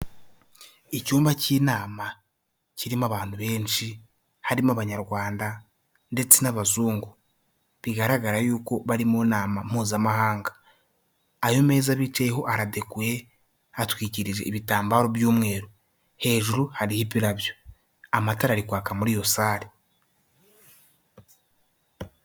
Icyumba cy'inama kirimo abantu benshi, harimo abanyarwanda ndetse n'abazungu, bigaragara yuko bari mu nama mpuzamahanga. Ayo meza bicayeho aradekoye, hatwikirijwe ibitambaro by'umweru. Hejuru hariho ibirabyo, amatara ari kwaka muri iyo sare.